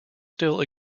still